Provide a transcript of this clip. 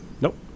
Nope